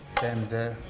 tender,